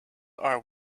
are